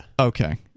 Okay